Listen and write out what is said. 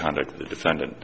conduct the defendant